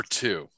two